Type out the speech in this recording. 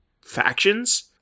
factions